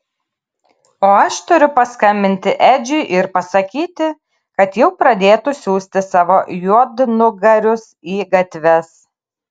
o aš turiu paskambinti edžiui ir pasakyti kad jau pradėtų siųsti savo juodnugarius į gatves